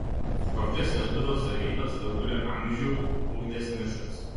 kokias lietuvio savybes daugelį amžių ugdęs miškas